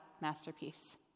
masterpiece